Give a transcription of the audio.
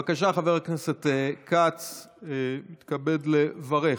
בבקשה, חבר הכנסת כץ מתכבד לברך.